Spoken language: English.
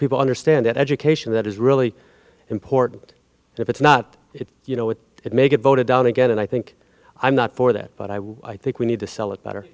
people understand that education that is really important if it's not it you know it it may get voted down again and i think i'm not for that but i would i think we need to sell it better